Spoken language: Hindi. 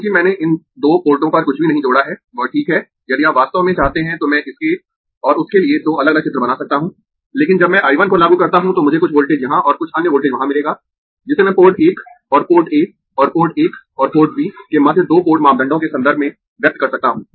चूंकि मैंने इन दो पोर्टों पर कुछ भी नहीं जोड़ा है वह ठीक है यदि आप वास्तव में चाहते है तो मैं इसके और उसके लिए दो अलग अलग चित्र बना सकता हूं लेकिन जब मैं I 1 को लागू करता हूं तो मुझे कुछ वोल्टेज यहां और कुछ अन्य वोल्टेज वहां मिलेगा जिसे मैं पोर्ट 1 और पोर्ट A और पोर्ट 1 और पोर्ट B के मध्य दो पोर्ट मापदंडों के संदर्भ में व्यक्त कर सकता हूं